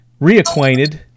reacquainted